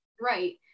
right